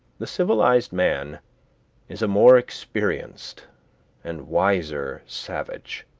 the civilized man is a more experienced and wiser savage.